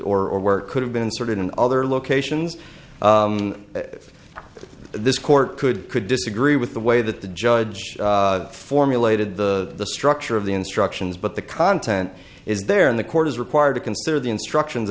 work could have been sorted in other locations if this court could could disagree with the way that the judge formulated the structure of the instructions but the content is there in the court is required to consider the instructions